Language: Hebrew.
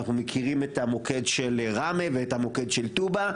מכירים את המוקד של ראמה ואת המוקד של טובא,